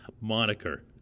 moniker